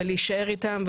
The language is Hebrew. ולהישאר איתם,